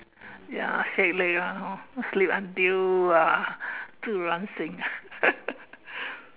ya shake leg lah hor sleep until uh 自然醒